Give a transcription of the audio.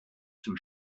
zum